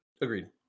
Agreed